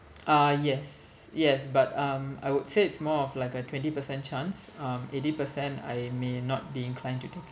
uh yes yes but um I would say it's more of like a twenty percent chance um eighty percent I may not be inclined to take it